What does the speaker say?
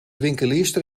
winkelierster